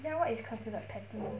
ya what is considered petty